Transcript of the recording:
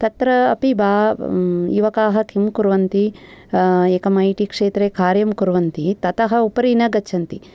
तत्र अपि बा युवकाः किं कुर्वन्ति एकम् ऐ टी क्षेत्रे कार्यं कुर्वन्ति ततः उपरि न गच्छन्ति